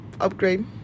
Upgrade